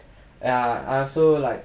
ya err so like